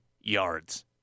yards